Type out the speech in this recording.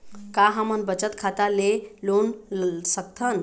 का हमन बचत खाता ले लोन सकथन?